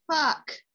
fuck